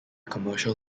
commercial